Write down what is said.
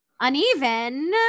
uneven